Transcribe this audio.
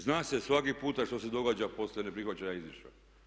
Zna se svaki puta što se događa poslije neprihvaćanja izvješća.